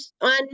on